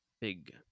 big